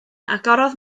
agorodd